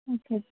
okay